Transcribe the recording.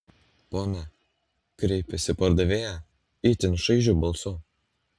pone kreipėsi pardavėja itin šaižiu balsu